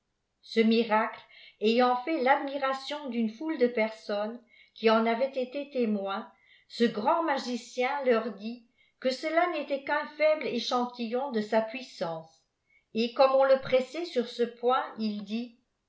ce miracle ayant fait lad r miration d'une foule de personnes qui en ayaient été témoins ee grand magicien leur dit que cela n'était qu'un faible échantuldi de sa puissance et comme on le pressait sur ce point il dit